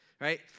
right